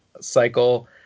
cycle